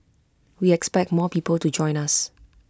we expect more people to join us